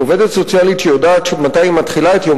עובדת סוציאלית שיודעת מתי היא מתחילה את יום